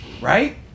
right